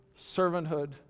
servanthood